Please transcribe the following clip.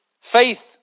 Faith